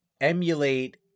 emulate